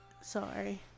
Sorry